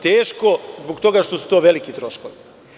Teško, zbog toga što su to veliki troškovi.